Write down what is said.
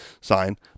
sign